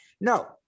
No